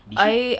did she